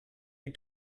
you